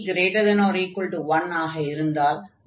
p≥1 ஆக இருந்தால் டைவர்ஜ் ஆகும்